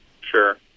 Sure